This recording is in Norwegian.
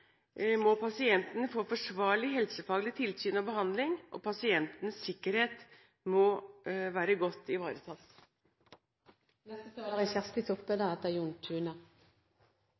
må pasienten få forsvarlig helsefaglig tilsyn og behandling, og pasientens sikkerhet må være godt